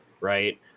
right